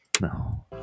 No